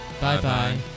bye-bye